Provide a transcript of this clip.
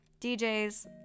DJs